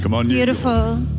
beautiful